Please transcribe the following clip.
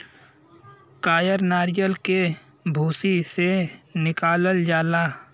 कायर नरीयल के भूसी से निकालल जाला